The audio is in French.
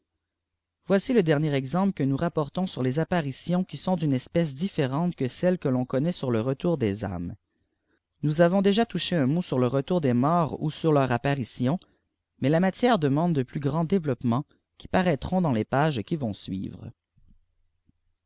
voici le dermer exemple que nous rapportons sur les apparitions qui sont d'une espèce différente que celles que ton connaît sur le retour des âmes nous avons déjà touché un mot sur le retour des morts ou sur leurs apparitions mais la matière demande de plus grands développements qui paraîtront daiius les pages qui vont suivre